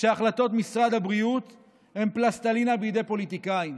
היא שהחלטות משרד הבריאות הן פלסטלינה בידי פוליטיקאים.